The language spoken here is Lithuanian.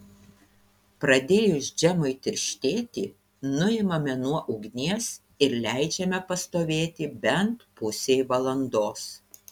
pradėjus džemui tirštėti nuimame nuo ugnies ir leidžiame pastovėti bent pusei valandos